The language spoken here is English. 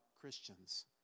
Christians